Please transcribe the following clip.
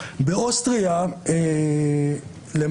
באוסטריה ובגרמניה